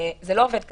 זה לא עובד כך.